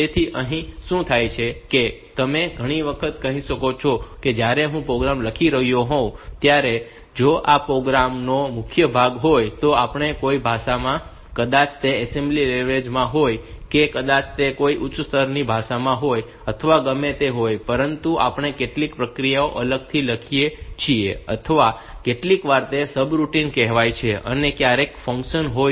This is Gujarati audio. તેથી અહીં શું થાય છે કે તમે ઘણી વખત કહી શકો છો કે જ્યારે હું પ્રોગ્રામ લખી રહ્યો હોઉં ત્યારે જો આ પ્રોગ્રામ નો મુખ્ય ભાગ હોય તો આપણે કોઈપણ ભાષામાં કદાચ તે એસેમ્બલી લેવલ માં હોય કે કદાચ તે કોઈ ઉચ્ચ સ્તરની ભાષામાં હોય અથવા ગમે તે હોય પરંતુ આપણે કેટલીક પ્રક્રિયાઓ અલગથી લખીએ છીએ અથવા કેટલીકવાર તેને સબરૂટિન કહેવાય છે અને ક્યારેક ફંક્શન્સ હોય છે